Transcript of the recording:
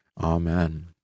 Amen